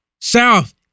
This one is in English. south